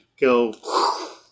go